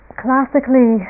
classically